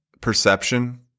perception